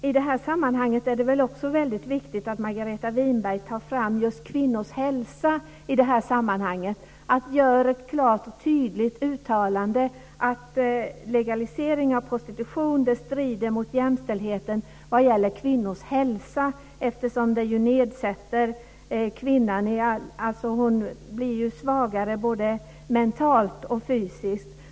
I detta sammanhang är det också väldigt viktigt att Margareta Winberg tar fram just kvinnors hälsa och att hon gör ett klart och tydligt uttalande att legalisering av prostitution strider mot jämställdheten vad gäller kvinnors hälsa, eftersom de ju blir svagare både mentalt och fysiskt.